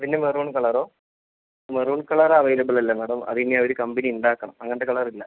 പിന്നെ മെറൂൺ കളറോ maroon colour available അല്ല മേഡം അത് ഇനി അവർ കമ്പനി ഉണ്ടാക്കണം അങ്ങനത്തെ കളർ ഇല്ല